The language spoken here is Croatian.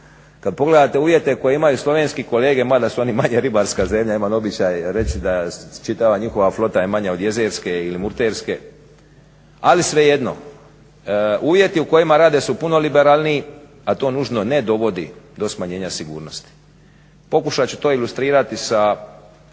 kad pogledate uvjete koji imaju slovenski kolege mada su oni manje ribarska zemlja, imam običaj reći da čitava njihova flota je manja od jezerske ili murterske, ali svejedno, uvjeti u kojima rade su puno liberalniji a to nužno ne dovodi do smanjenja sigurnosti. Pokušat ću to ilustrirati sa